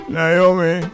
Naomi